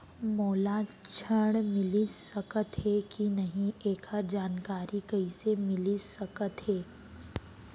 मोला ऋण मिलिस सकत हे कि नई एखर जानकारी कइसे मिलिस सकत हे?